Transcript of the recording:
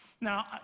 Now